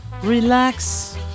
Relax